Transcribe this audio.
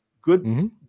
Good